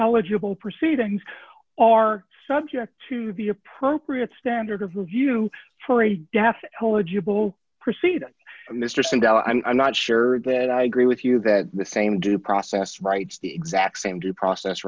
eligible proceedings are subject to the appropriate standard of review for a deaf eligible proceeded mr sandell i'm not sure that i agree with you that the same due process rights the exact same due process